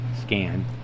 scan